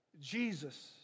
Jesus